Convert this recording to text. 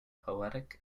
poetic